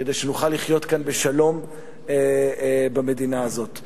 כדי שנוכל לחיות כאן במדינה הזאת בשלום.